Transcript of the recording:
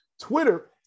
Twitter